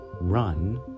Run